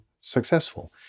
successful